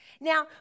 Now